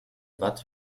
watt